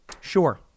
sure